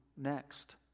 next